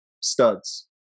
studs